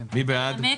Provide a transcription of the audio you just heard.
אתה רוצה לנמק?